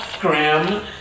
Graham